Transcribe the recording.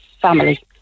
family